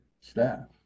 staff